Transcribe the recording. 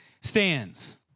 stands